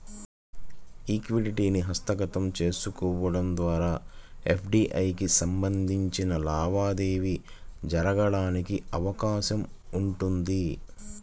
ఈక్విటీని హస్తగతం చేసుకోవడం ద్వారా ఎఫ్డీఐకి సంబంధించిన లావాదేవీ జరగడానికి అవకాశం ఉంటుంది